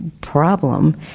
problem